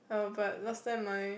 oh but last time my